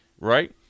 right